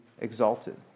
exalted